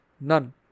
None